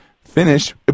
finish